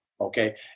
okay